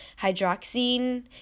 hydroxine